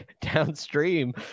downstream